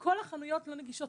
וכל החנויות לא נגישות.